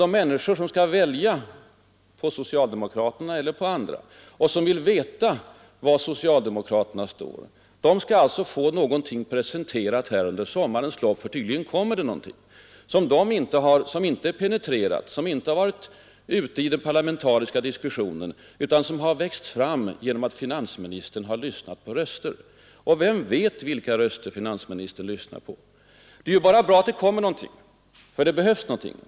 De människor som skall rösta — på socialdemokraterna eller på andra — och som vill veta var socialdemokraterna står skall alltså få någonting presenterat under sommaren. Ty tydligen kommer det någonting — som inte är penetrerat, som inte har varit ute i den parlamentariska diskussionen utan som har växt fram genom att finansministern har lyssnat på röster. Men vem vet vilka röster finansministern lyssnar på? Det är ju bara bra att det kommer någonting, för det behövs.